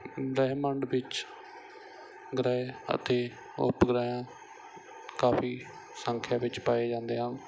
ਬ੍ਰਹਿਮੰਡ ਗ੍ਰਹਿ ਅਤੇ ਉਪ ਗ੍ਰਹਿ ਕਾਫ਼ੀ ਸੰਖਿਆ ਵਿੱਚ ਪਾਏ ਜਾਂਦੇ ਹਨ